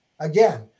Again